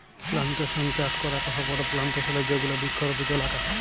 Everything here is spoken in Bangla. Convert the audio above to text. প্লানটেশন চাস করাক হ বড়ো প্লানটেশন এ যেগুলা বৃক্ষরোপিত এলাকা